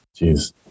Jeez